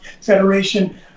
Federation